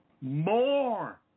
more